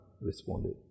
responded